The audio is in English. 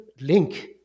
link